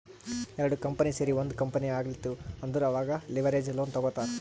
ಎರಡು ಕಂಪನಿ ಸೇರಿ ಒಂದ್ ಕಂಪನಿ ಆಗ್ಲತಿವ್ ಅಂದುರ್ ಅವಾಗ್ ಲಿವರೇಜ್ ಲೋನ್ ತಗೋತ್ತಾರ್